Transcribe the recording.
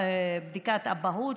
בדיקת אבהות,